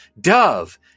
dove